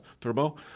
turbo